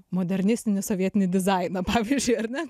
modernistinį sovietinį dizainą pavyzdžiui ar ne